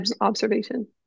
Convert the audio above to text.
observation